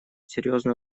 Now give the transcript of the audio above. серьезную